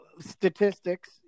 statistics